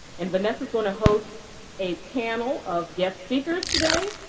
and vanessa's going to host a panel of guest speakers today.